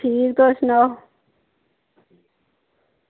ठीक तुस सनाओ